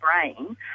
brain